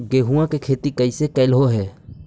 गेहूआ के खेती कैसे कैलहो हे?